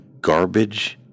garbage